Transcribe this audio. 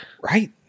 Right